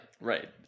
right